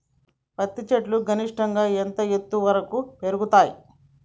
పత్తి చెట్లు గరిష్టంగా ఎంత ఎత్తు వరకు పెరుగుతయ్?